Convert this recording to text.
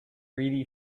really